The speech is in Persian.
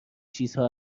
چیزها